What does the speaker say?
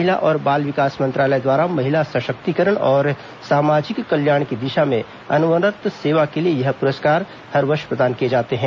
महिला और बाल विकास मंत्रालय द्वारा महिला सशक्तिकरण और सामाजिक कल्याण की दिशा में अनवरत सेवा के लिए यह पुरस्कार हर वर्ष प्रदान किए जाते हैं